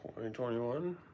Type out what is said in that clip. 2021